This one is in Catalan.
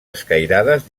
escairades